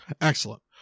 Excellent